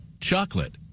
chocolate